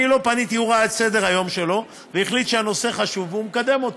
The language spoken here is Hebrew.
הוא ראה את סדר-היום שלו והחליט שהנושא חשוב והוא מקדם אותו.